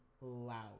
loud